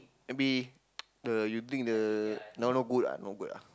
maybe the you drink the now no good ah no good ah